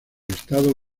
estado